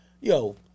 yo